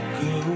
go